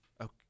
okay